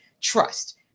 trust